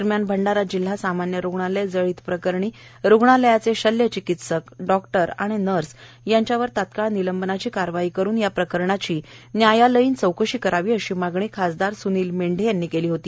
दरम्यान भंडारा जिल्हा सामान्य रुग्णालय जळीत प्रकरणी रूग्णालयाचे शल्य चिकित्सकडॉक्टर आणि नर्स यांनावर तात्काळ निलंबन करून या प्रकरणाची न्यायालयीन चौकशी करावी अशी मागणी खासदार सुनिल मेंढे यांनी केली होती